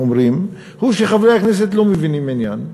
היא שחברי הכנסת לא מבינים עניין,